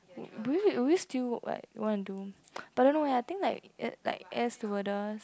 w~ will you will you still work like want to do but I don't know eh I think like ai~ like air stewardess